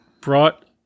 brought